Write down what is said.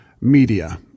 media